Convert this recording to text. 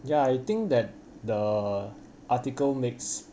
ya I think that the article makes